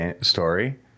story